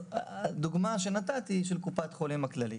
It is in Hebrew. הדוגמה שנתת היא של קופת חולים כללית.